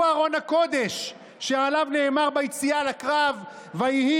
הוא ארון הקודש שעליו נאמר ביציאה לקרב "ויהי